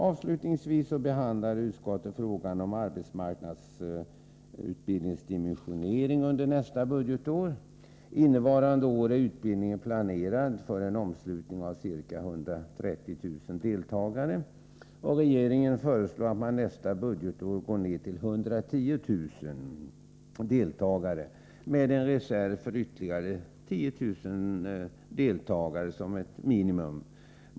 Avslutningsvis behandlar utskottet frågan om arbetsmarknadsutbildningens dimensionering under nästa budgetår. Innevarande år är utbildningen planerad för en omslutning på ca 130 000 deltagare. Regeringen föreslår att man nästa budgetår går ned till 110 000 deltagare, med en reserv för ytterligare 10 000 deltagare, som ett minimum.